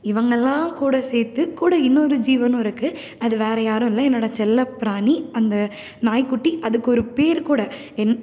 இவங்கள்லாம் கூட சேர்த்து கூட இன்னொரு ஜீவனும் இருக்குது அது வேறே யாரும் இல்லை என்னோடய செல்லப்பிராணி அந்த நாய்க்குட்டி அதுக்கு ஒரு பேர் கூட என்